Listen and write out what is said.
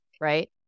Right